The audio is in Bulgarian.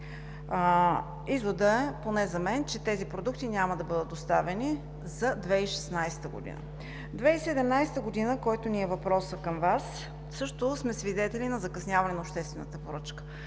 Изводът, поне за мен, е, че тези продукти няма да бъдат доставени за 2016 г. През 2017 г., за която е въпросът към Вас, също сме свидетели на закъсняване на обществената поръчка.